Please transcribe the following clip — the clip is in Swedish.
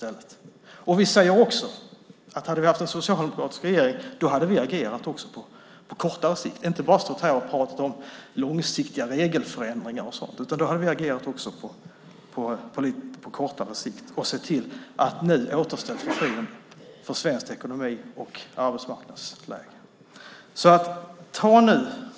Vi säger att en socialdemokratisk regering hade agerat också på kortare sikt och inte bara stått här och pratat om långsiktiga regelförändringar. Vi hade agerat även på kortare sikt och sett till att återställa förtroendet för svensk ekonomi och arbetsmarknadsläge.